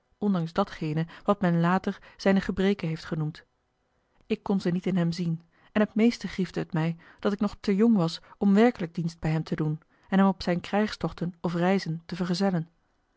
ondanks datgene wat men later zijne gebreken heeft genoemd ik kon ze niet in hem zien en het meeste griefde het mij dat ik nog te jong was om werkelijk dienst bij hem te doen en hem op zijne krijgstochten of reizen te vergezellen